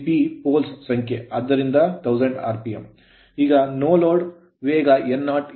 ಈಗ no load no load ವೇಗ n0 ಎಷ್ಟು